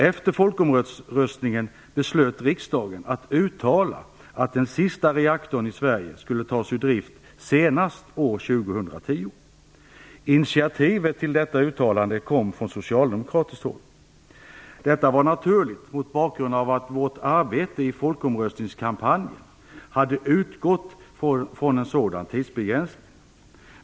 Efter folkomröstningen beslöt riksdagen att uttala att den sista reaktorn i Sverige skulle tas ur drift senast år 2010. Initiativet till detta uttalande kom från socialdemokratiskt håll. Detta var naturligt mot bakgrund av att vårt arbete i folkomröstningskampanjen hade utgått från en sådan tidsbegränsning.